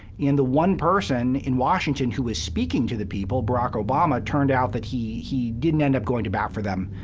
the one person in washington who was speaking to the people, barack obama, turned out that he he didn't end up going to bat for them,